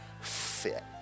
fit